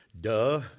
Duh